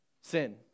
sin